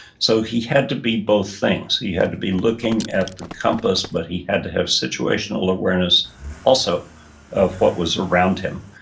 so he had to be both things. he had to be looking at the compass, but he had to have situational awareness also of what was around him.